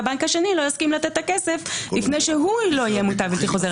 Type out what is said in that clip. והבנק השני לא יסכים לתת את הכסף לפני שהוא לא יהיה מוטב בלתי חוזר.